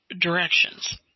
directions